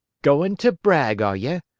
goin' to brag, are ye?